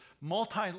multi